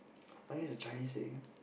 I think it's a Chinese saying